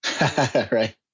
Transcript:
Right